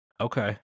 Okay